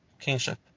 kingship